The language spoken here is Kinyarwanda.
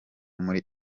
muri